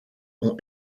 ont